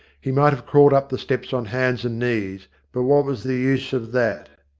he might have crawled up the steps on hands and knees, but what was the use of that?